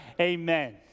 Amen